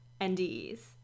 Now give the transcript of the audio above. NDEs